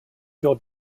your